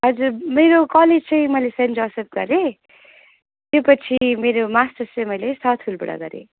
हजुर मेरो कलेज चाहिँ मैले सेन्ट जोसेफ गरेँ त्योपछि मेरो मास्टर्स चाहिँ मैले साउथ फिल्डबाट गरेँ